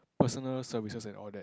personal services and all that